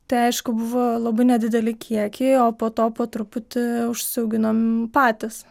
tai aišku buvo labai nedideli kiekiai o po to po truputį užsiauginom patys